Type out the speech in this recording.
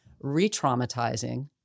re-traumatizing